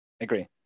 Agree